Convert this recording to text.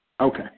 Okay